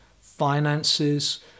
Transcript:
finances